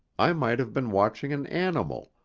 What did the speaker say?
i might have been watching an animal,